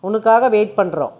உனக்காக வெயிட் பண்ணுறோம்